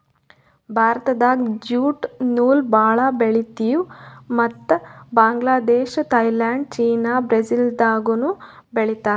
ಭಾರತ್ದಾಗ್ ಜ್ಯೂಟ್ ನೂಲ್ ಭಾಳ್ ಬೆಳಿತೀವಿ ಮತ್ತ್ ಬಾಂಗ್ಲಾದೇಶ್ ಥೈಲ್ಯಾಂಡ್ ಚೀನಾ ಬ್ರೆಜಿಲ್ದಾಗನೂ ಬೆಳೀತಾರ್